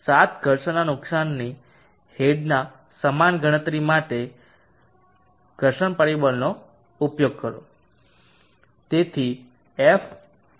સાત ઘર્ષણના નુકસાનની હેડ સમાન ગણતરી માટે ઘર્ષણ પરિબળનો ઉપયોગ કરો